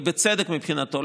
ובצדק מבחינתו,